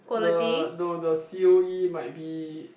the no the c_o_e might be